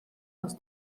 aus